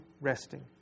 resting